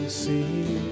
see